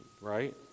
right